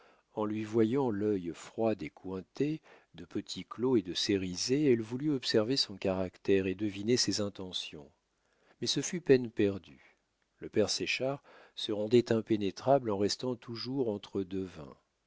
en lui voyant l'œil froid des cointet de petit claud et de cérizet elle voulut observer son caractère et deviner ses intentions mais ce fut peine perdue le père séchard se rendait impénétrable en restant toujours entre deux vins